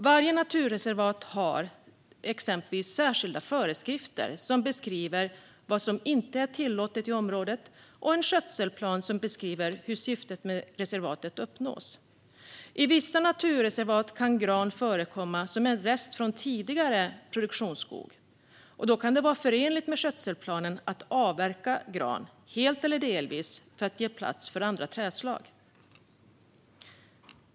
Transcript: Varje naturreservat har exempelvis särskilda föreskrifter som beskriver vad som inte är tillåtet i området och en skötselplan som beskriver hur syftet med reservatet ska uppnås. I vissa naturreservat kan gran förekomma som en rest från tidigare produktionsskog, och då kan det vara förenligt med skötselplanen att avverka gran helt eller delvis för att ge plats för andra trädslag.